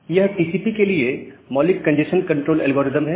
यह टीसीपी के लिए मौलिक कंजेस्शन कंट्रोल एल्गोरिदम है